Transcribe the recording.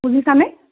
শুনিছানে